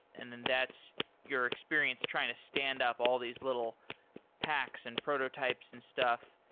and then that's your experience trying to stand up all these little hacks and prototypes and stuff.